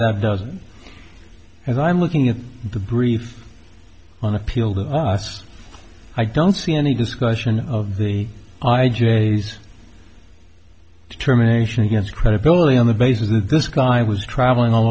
not doesn't as i'm looking at the briefs on appeal to us i don't see any discussion of the i j s determination against credibility on the basis that this guy was travelling all